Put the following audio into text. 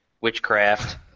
Witchcraft